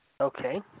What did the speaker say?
Okay